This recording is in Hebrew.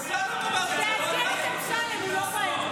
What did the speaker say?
אמסלם אמר את זה, לא אנחנו.